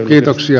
kiitoksia